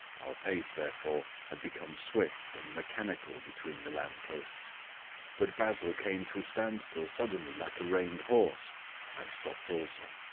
our pace, therefore, had become swift and mechanical between the lamp-posts but basil came to a standstill suddenly like a reined horse i stopped also.